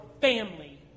family